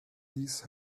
these